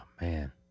man